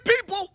people